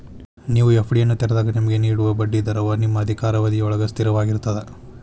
ನೇವು ಎ.ಫ್ಡಿಯನ್ನು ತೆರೆದಾಗ ನಿಮಗೆ ನೇಡುವ ಬಡ್ಡಿ ದರವ ನಿಮ್ಮ ಅಧಿಕಾರಾವಧಿಯೊಳ್ಗ ಸ್ಥಿರವಾಗಿರ್ತದ